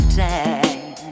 time